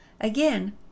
Again